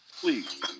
Please